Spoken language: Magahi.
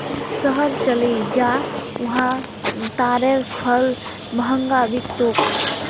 शहर चलइ जा वहा तारेर फल महंगा बिक तोक